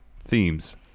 themes